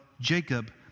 Jacob